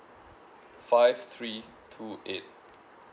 five three two eight